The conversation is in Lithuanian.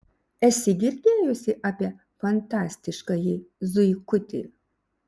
esi girdėjusi apie fantastiškąjį zuikutį